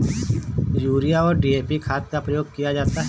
urea और DAP खाद का प्रयोग किया जाता है